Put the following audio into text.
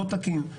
לא תקין.